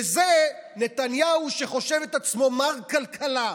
וזה נתניהו, שחושב את עצמו מר כלכלה.